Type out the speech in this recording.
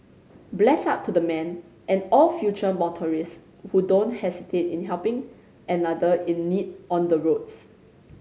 bless up to the man and all future motorist who don't hesitate in helping another in need on the roads